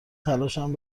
تلاشم